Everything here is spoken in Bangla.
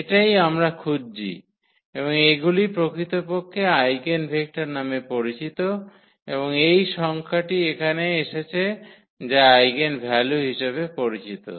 এটাই আমরা খুঁজছি এবং এগুলি প্রকৃতপক্ষে আইগেনভেক্টর নামে পরিচিত এবং এই সংখ্যাটি এখানে এসেছে যা আইগেনভ্যালু হিসাবে পরিচিত